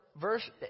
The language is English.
verse